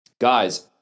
Guys